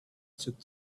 took